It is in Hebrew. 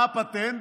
מה הפטנט?